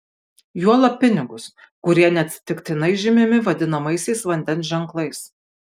juolab pinigus kurie neatsitiktinai žymimi vadinamaisiais vandens ženklais